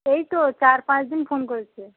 ওই তো চার পাঁচ দিন ফোন করেছে